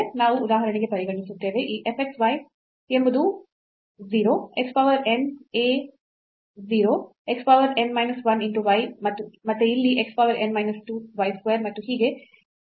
ನಾವು ಉದಾಹರಣೆಗೆ ಪರಿಗಣಿಸುತ್ತೇವೆ ಈ f x y ಎಂಬುದು 0 x power n a 0 x power n minus 1 into y ಮತ್ತೆ ಇಲ್ಲಿ x power n minus 2 y square ಮತ್ತು ಹೀಗೆ a n y power n ಗೆ ಸಮನಾಗಿರುತ್ತದೆ